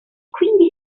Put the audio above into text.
quindi